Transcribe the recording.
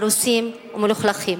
הרוסים ומלוכלכים.